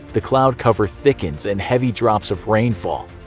the cloud cover thickens, and heavy drops of rain fall.